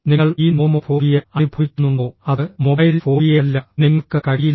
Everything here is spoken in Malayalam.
നിങ്ങൾ ഈ നോമോഫോബിയ അനുഭവിക്കുന്നുണ്ടോ അത് മൊബൈൽ ഫോബിയയല്ല നിങ്ങൾക്ക് കഴിയില്ല